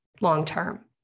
long-term